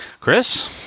Chris